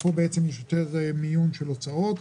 פה יש יותר מיון של הוצאות.